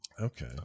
Okay